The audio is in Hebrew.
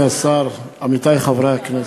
גברתי היושבת בראש, אדוני השר, עמיתי חברי הכנסת,